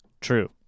True